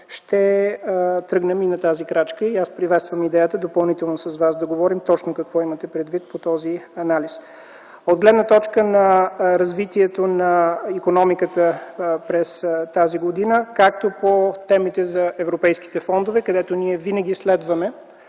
Ще тръгнем и на тази крачка. Приветствам идеята допълнително с Вас да говорим точно какво имате предвид по този анализ. От гледна точка на развитието на икономиката през тази година, както по темите за европейските фондове, където винаги следваме